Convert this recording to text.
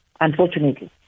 unfortunately